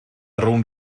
rownd